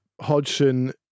Hodgson